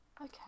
Okay